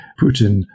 Putin